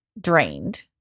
drained